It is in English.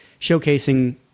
showcasing